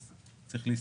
אז צריך להסתכל.